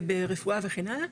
וברפואה וכן הלאה,